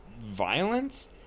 violence